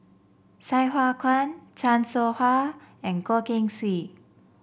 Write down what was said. Sai Hua Kuan Chan Soh Ha and Goh Keng Swee